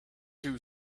two